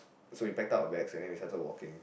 so we packed up our bags and we started walking